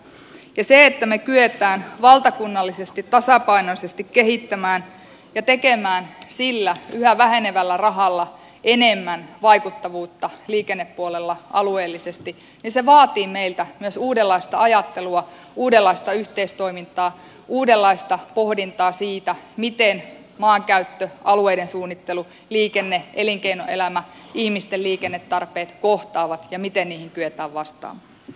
se että me kykenemme valtakunnallisesti tasapainoisesti kehittämään ja tekemään sillä yhä vähenevällä rahalla enemmän vaikuttavuutta liikennepuolella alueellisesti vaatii meiltä myös uudenlaista ajattelua uudenlaista yhteistoimintaa uudenlaista pohdintaa siitä miten maankäyttö alueiden suunnittelu liikenne elinkeinoelämä ihmisten liikennetarpeet kohtaavat ja miten niihin kyetään vastaamaan